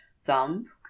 thumb